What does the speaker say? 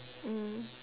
mm